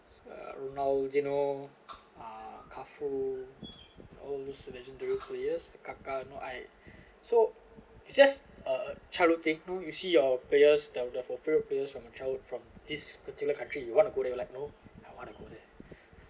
ronaldinho ah cafu all these legendary players caca you know I so it's just a childhood thing know you see your players that would therefore favourite players from childhood from this particular country you want to go there like you know I want to go there